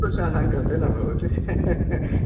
पुरुषाणां कृते न भवति